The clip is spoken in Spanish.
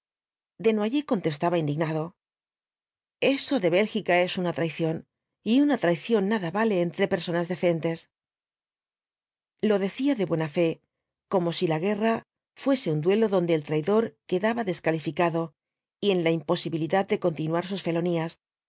pobres belgas desnoyers contestaba indignado eso de bélgica es una traición y una traición nada vale entre personas decentes lo decía de buena fe como si la guerra fuese un duelo donde el traidor quedaba descalificado y en la imposibilidad de continuar sus felonías